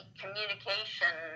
communication